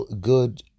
good